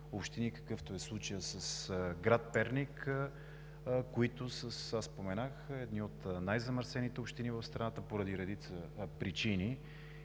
общини, какъвто е случаят с град Перник, които, споменах, и са едни от най-замърсените общини в страната поради редица причини.